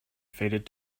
faded